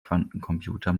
quantencomputer